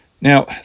Now